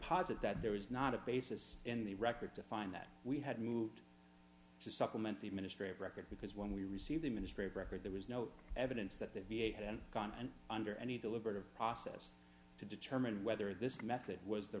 posit that there was not a basis in the record to find that we had moved to supplement the ministry of record because when we received the ministry of record there was no evidence that the v a hadn't gone under any deliberative process to determine whether this method was the